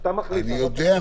אני יודע.